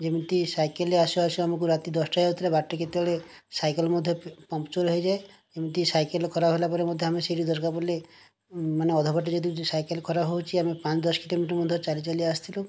ଯେମିତି ସାଇକେଲ୍ରେ ଆସୁ ଆସୁ ଆମକୁ ରାତି ଦଶଟା ହେଇ ଯାଉଥିଲା ବାଟେ କେତେବେଳେ ସାଇକେଲ୍ ମଧ୍ୟ ପମ୍ପଚର୍ ହେଇଯାଏ ଏମିତି ସାଇକେଲ୍ ଖରାପ ହେଲା ପରେ ମଧ୍ୟ ଆମେ ସେଇଠି ଦରକାର ପଡ଼ିଲେ ମାନେ ଅଧା ବାଟରେ ଯଦି ସାଇକେଲ୍ ଖରାପ ହେଉଛି ଆମେ ପାଞ୍ଚ ଦଶ କିଲୋମିଟର୍ ମଧ୍ୟ ଚାଲି ଚାଲି ଆସିଥିଲୁ